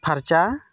ᱯᱷᱟᱨᱪᱟ